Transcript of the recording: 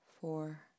four